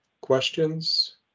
questions